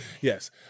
Yes